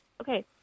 Okay